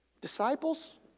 Disciples